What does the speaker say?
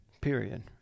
period